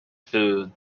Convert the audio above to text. food